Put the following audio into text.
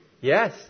Yes